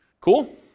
Cool